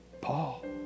Paul